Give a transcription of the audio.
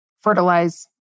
fertilize